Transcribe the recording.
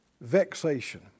Vexation